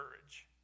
courage